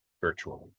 virtually